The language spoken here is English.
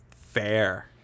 fair